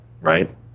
right